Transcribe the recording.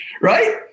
Right